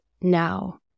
now